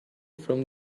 from